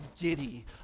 giddy